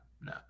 No